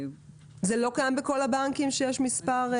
זה לא קיים בכל הבנקים, שיש מספר זהה?